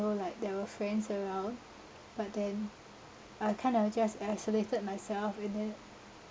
like there were friends around but then I kind of just isolated myself and then